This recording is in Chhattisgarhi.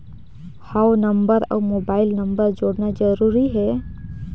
हव नंबर अउ मोबाइल नंबर जोड़ना जरूरी हे?